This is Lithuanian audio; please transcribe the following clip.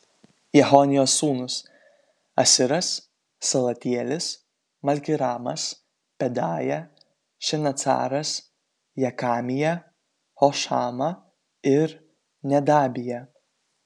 jechonijo sūnūs asiras salatielis malkiramas pedaja šenacaras jekamija hošama ir nedabija